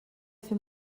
fer